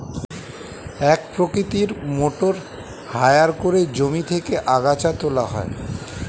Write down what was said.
এক প্রকৃতির motor harrow করে জমি থেকে আগাছা তোলা হয়